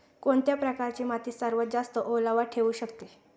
कोणत्या प्रकारची माती सर्वात जास्त ओलावा ठेवू शकते?